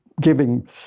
giving